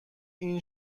این